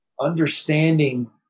understanding